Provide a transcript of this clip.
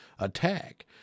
attack